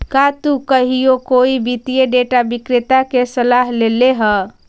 का तु कहियो कोई वित्तीय डेटा विक्रेता के सलाह लेले ह?